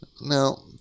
Now